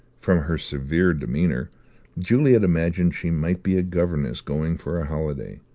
from her severe demeanour juliet imagined she might be a governess going for a holiday.